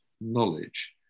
knowledge